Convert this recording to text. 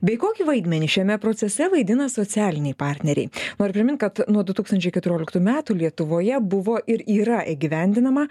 bei kokį vaidmenį šiame procese vaidina socialiniai partneriai noriu primint kad nuo du tūkstančiai keturioliktų metų lietuvoje buvo ir yra įgyvendinama